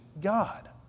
God